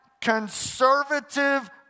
conservative